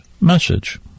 message